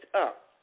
up